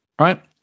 right